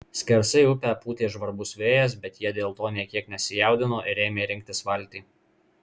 skersai upę pūtė žvarbus vėjas bet jie dėl to nė kiek nesijaudino ir ėmė rinktis valtį